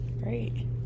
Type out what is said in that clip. Great